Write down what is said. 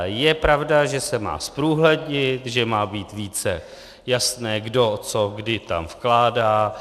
Je pravda, že se má zprůhlednit, že má být více jasné kdo co kdy tam vkládá.